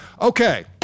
Okay